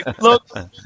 look